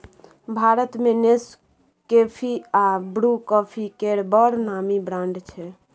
भारत मे नेसकेफी आ Bru coffee केर बड़ नामी ब्रांड छै